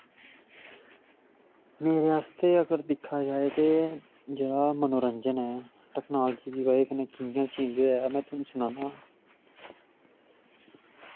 मेरे आस्तै अगर दिक्खेआ जाये ते जेह्ड़ा मनोरंजन ऐ टेक्नोलॉजी दी बजह कन्नै कि'यां चेंज होया में थोआनू सनाना